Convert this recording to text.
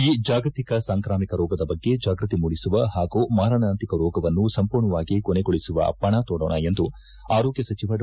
ಈ ಜಾಗತಿಕ ಸಾಂಕಾಮಿಕ ರೋಗದ ಬಗ್ಗೆ ಜಾಗೃತಿ ಮೂಡಿಸುವ ಪಾಗೂ ಮಾರಣಾಂತಿಕ ರೋಗವನ್ನು ಸಂಪೂರ್ಣವಾಗಿ ಕೊನೆಗೊಳಿಸುವ ಪಣ ಕೊಡೋಣ ಎಂದು ಆರೋಗ್ಯ ಸಚಿವ ಡಾ